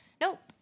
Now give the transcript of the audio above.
nope